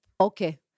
Okay